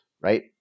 right